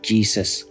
Jesus